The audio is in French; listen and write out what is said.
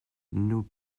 nous